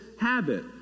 habit